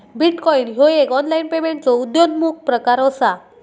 bitcoin ह्यो एक online पेमेंटचो उद्योन्मुख प्रकार असा